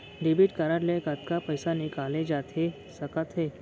Debit card ले कतका पइसा निकाले जाथे सकत हे?